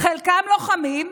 חלקם לוחמים,